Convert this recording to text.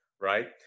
right